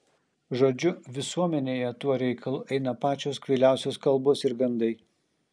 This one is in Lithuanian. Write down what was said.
žodžiu visuomenėje tuo reikalu eina pačios kvailiausios kalbos ir gandai